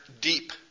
deep